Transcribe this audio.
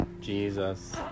Jesus